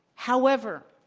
however,